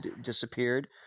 disappeared